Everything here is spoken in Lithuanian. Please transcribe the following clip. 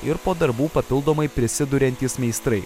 ir po darbų papildomai prisiduriantys meistrai